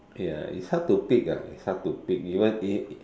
okay uh it's hard to pick ah it's hard to pick you want eat